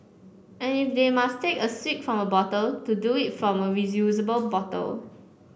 and if they must take a swig from a bottle to do it from a reusable bottle